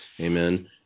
Amen